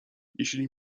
jeśli